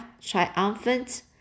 triumphant